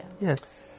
Yes